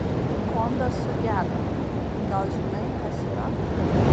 kondas sugedo gal žinai kas yra